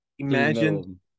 imagine